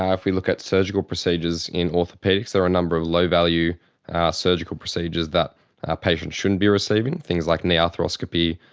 um if we look at surgical procedures in orthopaedics, there are a number of low-value surgical procedures that patients shouldn't be receiving, things like knee arthroscopy,